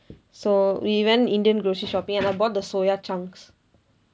so we went indian grocery shopping and I bought the soya chunks